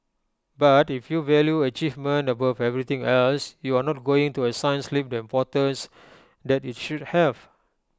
but if you value achievement above everything else you're not going to assign sleep the importance that IT should have